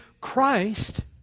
Christ